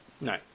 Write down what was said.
no